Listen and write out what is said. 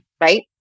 Right